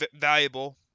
Valuable